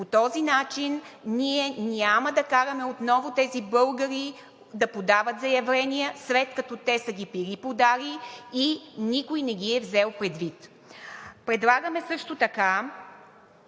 По този начин ние няма да караме отново тези българи да подават заявления, след като са ги били подали и никой не ги е взел предвид. Тук искам да кажа